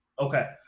Okay